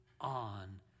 on